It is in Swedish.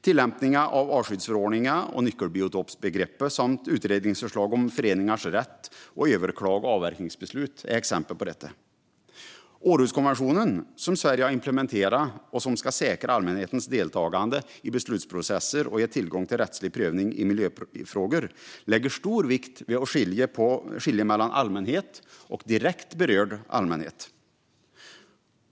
Tillämpningen av artskyddsförordningen och nyckelbiotopsbegreppet samt utredningsförslaget om föreningars rätt att överklaga avverkningsbeslut är exempel på detta. Århuskonventionen, som Sverige har implementerat och som ska säkra allmänhetens deltagande i beslutsprocesser och ge tillgång till rättslig prövning i miljöfrågor, lägger stor vikt vid att skilja mellan allmänhet och direkt berörd allmänhet.